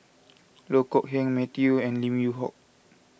Loh Kok Heng Matthew and Lim Yew Hock